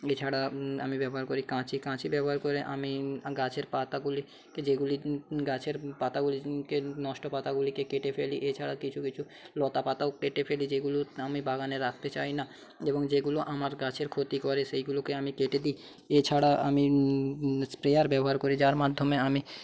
এছাড়া আমি ব্যবহার করি কাঁচি কাঁচি ব্যবহার করে আমি গাছের পাতাগুলিকে যেগুলি গাছের পাতাগুলিকে নষ্ট পাতাগুলিকে কেটে ফেলি এছাড়া কিছু কিছু লতাপাতাও কেটে ফেলি যেগুলো আমি বাগানে রাখতে চাই না এবং যেগুলো আমার গাছের ক্ষতি করে সেইগুলোকে আমি কেটে দিই এছাড়া আমি স্প্রেয়ার ব্যবহার করি যার মাধ্যমে আমি